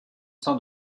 sein